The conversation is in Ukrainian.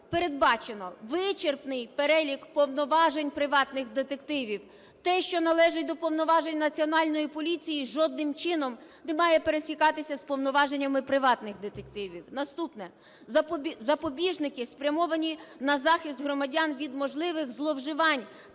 передбачено вичерпний перелік повноважень приватних детективів. Те, що належить до повноважень Національної поліції жодним чином не має пересікатися з повноваженнями приватних детективів. Наступне. Запобіжники, спрямовані на захист громадян від можливих зловживань